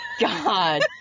God